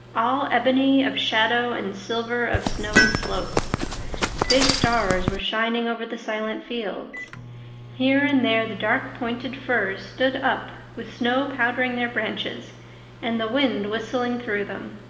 all ebony of shadow and silver of snowy slope big stars were shining over the silent fields here and there the dark pointed firs stood up with snow powdering their branches and the wind whistling through them.